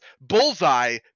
bullseye